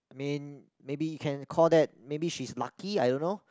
I mean maybe you can call that maybe she's lucky I don't know